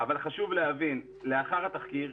חשוב להבין שלאחר התחקיר,